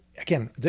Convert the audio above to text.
Again